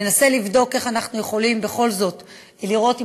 ננסה לבדוק איך אנחנו יכולים בכל זאת לראות אם